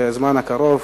בזמן הקרוב,